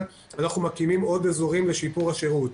מקימים עוד אזורים לשיפור השירות,